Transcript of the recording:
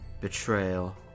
betrayal